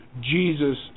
Jesus